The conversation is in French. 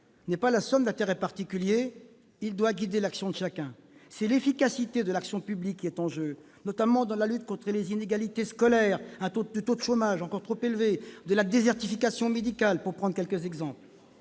n'est pas la somme d'intérêts particuliers ; il doit guider l'action de chacun. C'est l'efficacité de l'action publique qui est en jeu. Je pense notamment à la lutte contre les inégalités scolaires, au taux de chômage, encore trop élevé, ou à la désertification médicale, pour prendre quelques exemples.